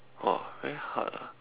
!wah! very hard ah